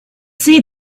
see